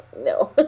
no